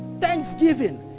Thanksgiving